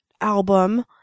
album